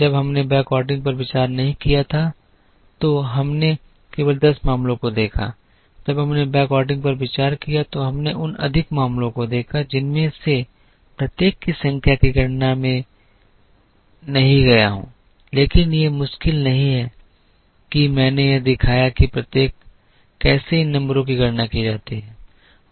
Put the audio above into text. जब हमने बैकऑर्डरिंग पर विचार नहीं किया तो हमने केवल दस मामलों को देखा जब हमने बैकऑर्डरिंग पर विचार किया तो हमने उन अधिक मामलों को देखा जिनमें से प्रत्येक की संख्या की गणना में मैं नहीं गया हूं लेकिन ये मुश्किल नहीं है कि मैंने यह दिखाया है कि प्रत्येक कैसे इन नंबरों की गणना की जाती है